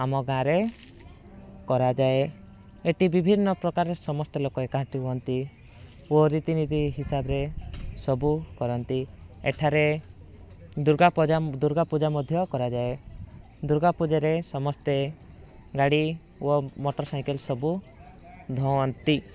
ଆମ ଗାଁରେ କରାଯାଏ ଏଇଠି ବିଭିନ୍ନ ପ୍ରକାର ସମସ୍ତେ ଲୋକ ଏକାଠି ହୁଅନ୍ତି ଓ ରୀତିନୀତି ହିସାବରେ ସବୁ କରନ୍ତି ଏଠାରେ ଦୁର୍ଗାପୂଜା ଦୁର୍ଗାପୂଜା ମଧ୍ୟ କରାଯାଏ ଦୁର୍ଗାପୂଜାରେ ସମସ୍ତେ ଗାଡ଼ି ଓ ମୋଟର ସାଇକଲ ସବୁ ଧୁଅନ୍ତି